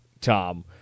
Tom